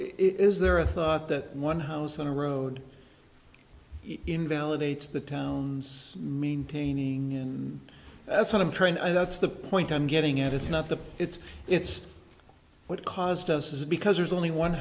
is there a thought that one house on a road invalidates the town's maintaining and that's what i'm trying and that's the point i'm getting at it's not that it's it's what caused us is because there's only one